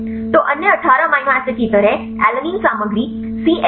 तो अन्य 18 amino acid की तरह एलानिन सामग्री सीएच 2